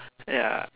ya